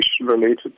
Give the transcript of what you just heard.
related